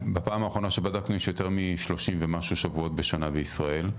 בפעם האחרונה שבדקנו יש יותר משלושים ומשהו שבועות בשנה בישראל,